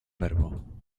verbo